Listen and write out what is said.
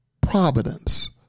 providence